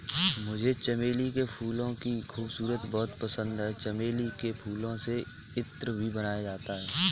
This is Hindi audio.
मुझे चमेली के फूलों की खुशबू बहुत पसंद है चमेली के फूलों से इत्र भी बनाया जाता है